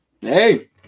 hey